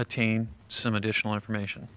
chain some additional information